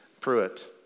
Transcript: Pruitt